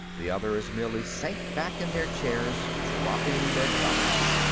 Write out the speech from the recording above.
the others merely sank back in their chairs, dropping their goblets.